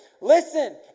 Listen